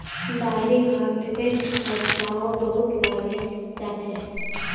dairy फ़ार्मिंगत खर्चाओ बहुत लागे जा छेक